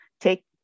take